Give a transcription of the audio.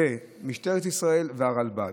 משטרת ישראל והרלב"ד.